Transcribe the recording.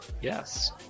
Yes